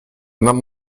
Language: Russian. нам